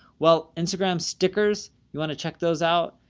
well, instagram stickers. you want to check those out.